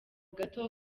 gato